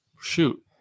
shoot